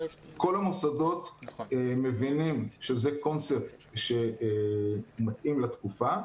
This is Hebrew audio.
כל המוסדות מבינים שזה קונספט שמתאים לתקופה,